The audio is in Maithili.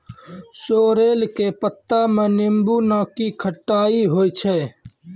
सोरेल के पत्ता मॅ नींबू नाकी खट्टाई होय छै